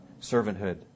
servanthood